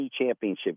championship